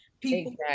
People